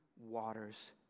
waters